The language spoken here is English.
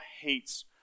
hates